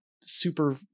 super